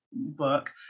book